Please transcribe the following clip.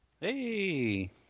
hey